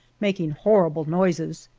making horrible noises.